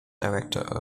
director